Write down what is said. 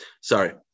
Sorry